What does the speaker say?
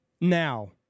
Now